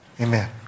Amen